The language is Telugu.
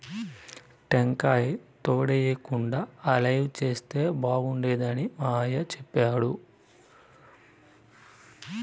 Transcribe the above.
టెంకాయ తోటేయేకుండా ఆలివ్ సేద్యం చేస్తే బాగుండేదని మా అయ్య చెప్తుండాడు